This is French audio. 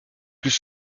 plus